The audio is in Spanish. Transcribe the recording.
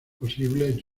posibles